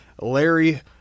Larry